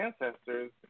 ancestors